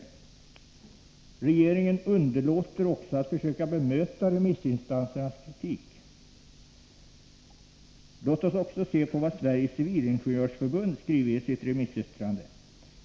Regeringen underlåter också att försöka bemöta remissinstansernas kritik. Låt oss också se på vad Sveriges Civilingenjörsförbund skrivit i sitt remissyttrande.